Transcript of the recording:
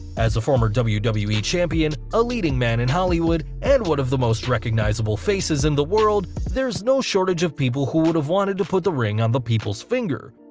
as a former wwe wwe champion, a leading man in hollywood and one of the most recognisable faces in the world, there's no shortage of people who would've wanted to put the ring on the people's finger,